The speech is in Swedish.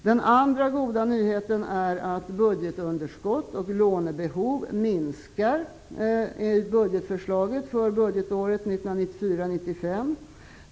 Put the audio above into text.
Den andra goda nyheten är att budgetunderskott och lånebehov minskar i budgetförslaget för budgetåret 1994/95.